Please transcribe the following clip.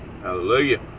hallelujah